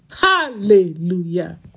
Hallelujah